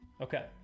Okay